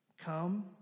Come